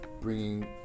bringing